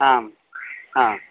आं हा